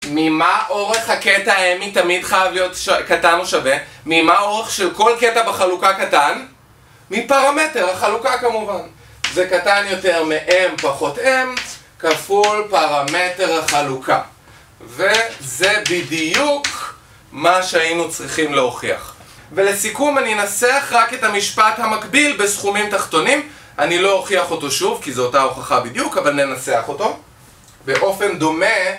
ממה אורך הקטע M תמיד חייב להיות קטן או שווה? ממה אורך של כל קטע בחלוקה קטן? מפרמטר החלוקה כמובן זה קטן יותר מ-M פחות M כפול פרמטר החלוקה וזה בדיוק מה שהיינו צריכים להוכיח ולסיכום אני אנסח רק את המשפט המקביל בסכומים תחתונים אני לא אוכיח אותו שוב כי זו אותה הוכחה בדיוק אבל ננסח אותו, באופן דומה